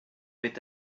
mit